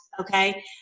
okay